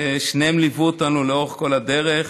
ששניהם ליוו אותנו לאורך כל הדרך,